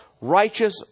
righteous